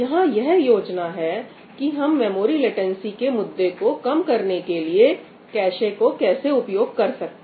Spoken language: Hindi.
यहां यह योजना है कि हम मेमोरी लेटेंसी के मुद्दे को कम करने के लिए कैशे को कैसे उपयोग कर सकते हैं